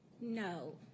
No